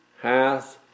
hath